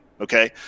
Okay